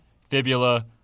fibula